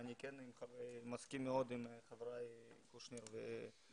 ואני מסכים מאוד עם חבריי חברי הכנסת קושניר וקוז'ינוב